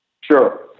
Sure